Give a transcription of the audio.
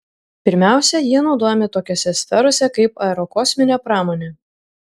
pirmiausia jie naudojami tokiose sferose kaip aerokosminė pramonė